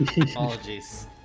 Apologies